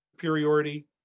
superiority